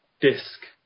disc